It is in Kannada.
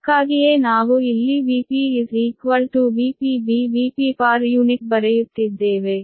ಅದಕ್ಕಾಗಿಯೇ ನಾವು ಇಲ್ಲಿ Vp VpBVp ಬರೆಯುತ್ತಿದ್ದೇವೆ